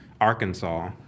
Arkansas